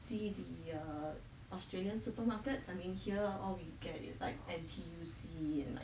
see the err australia supermarkets I mean here all we get is like N_T_U_C err like